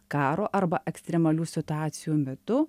karo arba ekstremalių situacijų metu